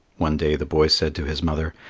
one day the boy said to his mother,